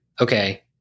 Okay